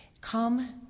come